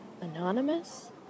anonymous